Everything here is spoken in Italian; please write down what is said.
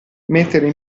mettere